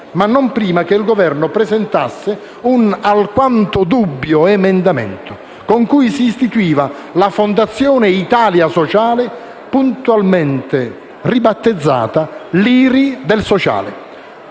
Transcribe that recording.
ma non prima che il Governo presentasse un alquanto dubbio emendamento per l'istituzione della Fondazione Italia sociale, puntualmente ribattezzata l'IRI del sociale.